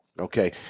okay